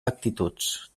actituds